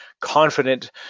confident